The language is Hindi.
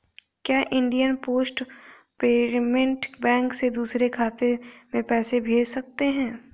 क्या इंडिया पोस्ट पेमेंट बैंक से दूसरे खाते में पैसे भेजे जा सकते हैं?